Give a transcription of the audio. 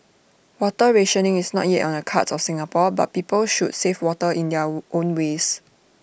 water rationing is not yet on the cards of Singapore but people should save water in their own ways